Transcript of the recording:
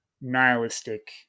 nihilistic